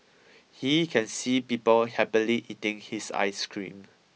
he can see people happily eating his ice cream